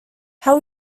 how